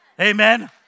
Amen